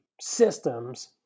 systems